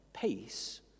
Peace